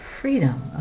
freedom